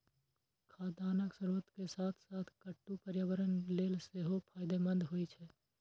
खाद्यान्नक स्रोत के साथ साथ कट्टू पर्यावरण लेल सेहो फायदेमंद होइ छै